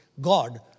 God